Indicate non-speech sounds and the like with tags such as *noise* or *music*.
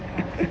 *laughs*